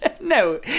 No